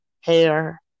hair